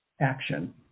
action